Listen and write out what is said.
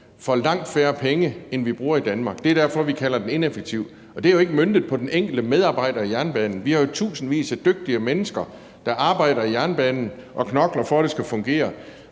for langt færre penge, end vi bruger i Danmark. Det er derfor, vi kalder den ineffektiv, og det er jo ikke møntet på den enkelte medarbejder i jernbanen. Vi har jo i tusindvis af dygtige mennesker, der arbejder i jernbanen og knokler for, at det skal fungere,